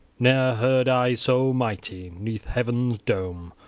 ne'er heard i so mighty, neath heaven's dome,